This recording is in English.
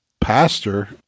pastor